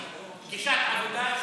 פגישת עבודה.